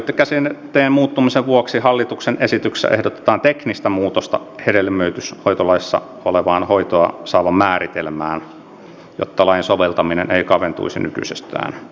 avioliitto käsitteen muuttumisen vuoksi hallituksen esityksessä ehdotetaan teknistä muutosta hedelmöityshoitolaissa olevaan hoitoa saavan määritelmään jotta lain soveltaminen ei kaventuisi nykyisestään